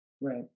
Right